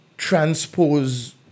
transpose